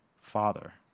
Father